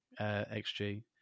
xg